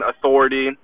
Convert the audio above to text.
authority